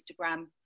Instagram